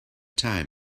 time